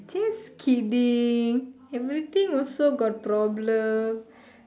just kidding everything also got problem